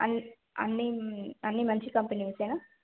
అన్ అన్నీ అన్నీ మంచి కంపెనీసేనా